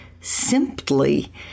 simply